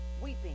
weeping